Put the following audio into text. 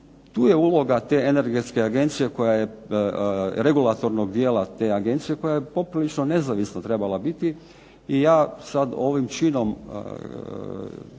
Tu je uloga te Energetske agencije, regulatornog dijela te agencije koja je potpuno nezavisna trebala biti i ja sada ovim činom,